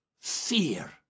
fear